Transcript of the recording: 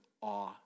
awe